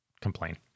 complain